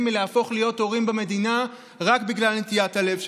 להפוך להיות הורים במדינה רק בגלל נטיית הלב שלנו?